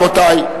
רבותי.